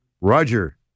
Roger